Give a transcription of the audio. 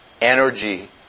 energy